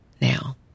now